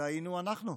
היינו אנחנו,